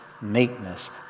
meekness